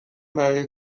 برای